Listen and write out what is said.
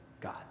God